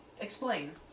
Explain